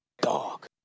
Dog